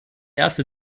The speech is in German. erste